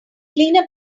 cleaner